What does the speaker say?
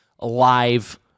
live